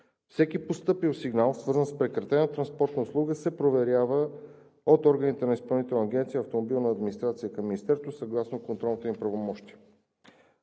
Всеки постъпил сигнал, свързан с прекратена транспортна услуга, се проверява от органи на Изпълнителна агенция „Автомобилна администрация“ към Министерството съгласно контролните им правомощия.